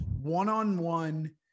one-on-one